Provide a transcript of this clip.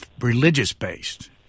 religious-based